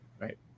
right